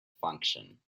function